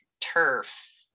turf